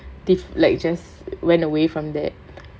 teeth like just went away from that